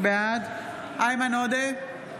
בעד איימן עודה,